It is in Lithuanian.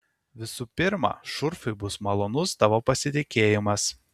visų pirma šurfui bus malonus tavo pasitikėjimas